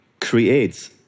creates